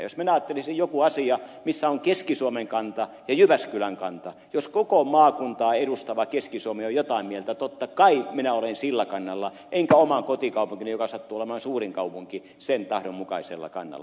jos minä ajattelisin jotakin asiaa missä on keski suomen kanta ja jyväskylän kanta niin jos koko maakuntaa edustava keski suomi on jotain mieltä totta kai minä olen sillä kannalla enkä oman kotikaupunkini joka sattuu olemaan suurin kaupunki tahdon mukaisella kannalla